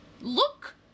look